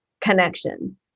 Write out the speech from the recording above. connection